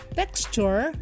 texture